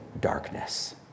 darkness